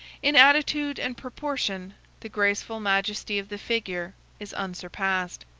in attitude and proportion the graceful majesty of the figure is unsurpassed.